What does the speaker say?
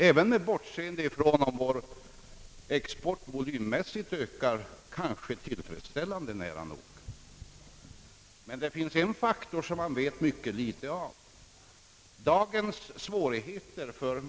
Även med bortseende från om vår export volymmässigt ökar kanske nära nog tillfredsställande, finns det en faktor som man vet mycket litet om.